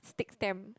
stick stamp